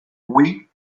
oui